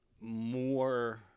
more